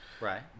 Right